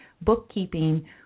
bookkeeping